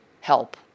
help